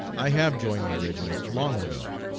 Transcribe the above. i have joined my regiment long ago.